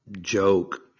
joke